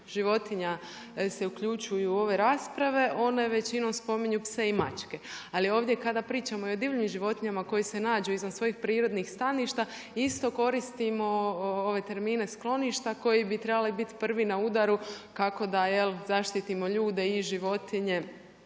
životinja se uključuju u ove rasprave one većinom spominju pse i mačke. Ali ovdje kada pričamo i o divljim životinjama koji se nađu izvan svojih prirodnih staništa isto koristimo termine skloništa koji bi trebali biti prvi na udaru kako da, jel' zaštitimo ljude i životinje,